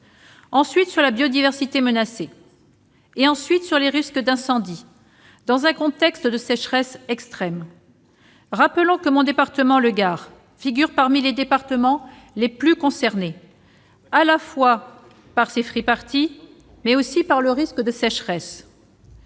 menacent la biodiversité et entraînent des risques d'incendie, dans un contexte de sécheresse extrême. Rappelons que mon département, le Gard, figure parmi les départements les plus concernés à la fois par ces free-parties et par le risque de sécheresse.